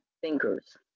thinkers